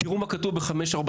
תיראו מה כתוב ב-549,